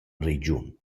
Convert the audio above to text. regiun